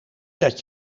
dat